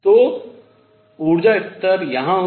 तो ऊर्जा स्तर यहाँ होगा